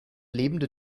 lebende